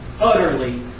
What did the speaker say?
Utterly